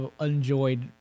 enjoyed